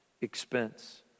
expense